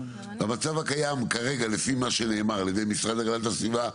המצב הקיים כרגע לפי מה שנאמר על ידי המשרד להגנת הסביבה,